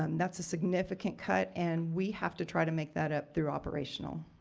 um that's a significant cut and we have to try to make that up through operational.